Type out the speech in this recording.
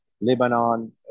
Lebanon